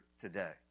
today